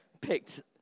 picked